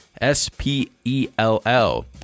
s-p-e-l-l